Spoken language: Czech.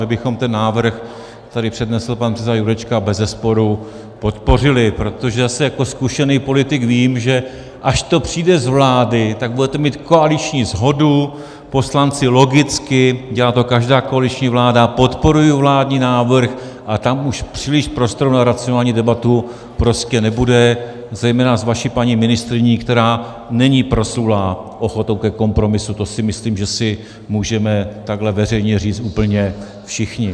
My bychom ten návrh, který tady přednesl pan předseda Jurečka, bezesporu podpořili, protože zase jako zkušený politik vím, že až to přijde z vlády, tak budete mít koaliční shodu, poslanci logicky, dělá to každá koaliční vláda, podporují vládní návrh a tam už příliš prostoru na racionální debatu prostě nebude, zejména s vaší paní ministryní, která není proslulá ochotou ke kompromisu, to si myslím, že si můžeme takhle veřejně říci úplně všichni.